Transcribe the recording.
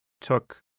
took